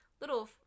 little